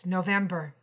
November